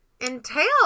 entail